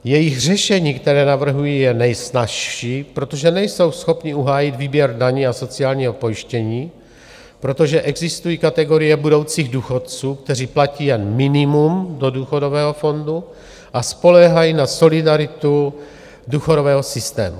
Jejich řešení, které navrhují je nejsnazší, protože nejsou schopni uhájit výběr daní a sociálního pojištění, protože existují kategorie budoucích důchodců, kteří platí jen minimum do důchodového fondu a spoléhají na solidaritu důchodového systému.